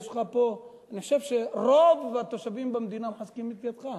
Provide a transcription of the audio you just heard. אני חושב שרוב התושבים במדינה מחזקים את ידיך.